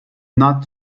not